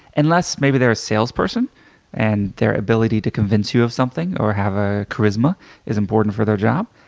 unless maybe they're a sales person and their ability to convince you of something, or have ah charisma is important for their job.